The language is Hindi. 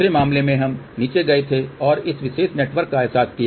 दूसरे मामले में हम नीचे गए थे और इस विशेष नेटवर्क का एहसास किया